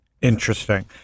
Interesting